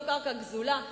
לא קרקע גזולה.